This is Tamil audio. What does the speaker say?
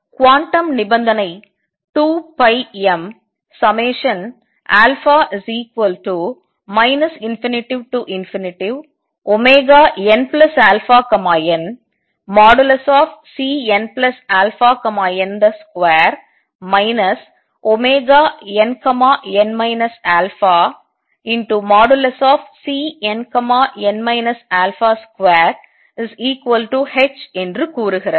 குவாண்டம் நிபந்தனை 2πmα ∞nαn|Cnαn |2 nn α|Cnn α |2h என்று கூறுகிறது